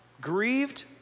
grieved